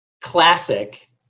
classic